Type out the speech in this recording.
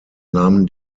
nahmen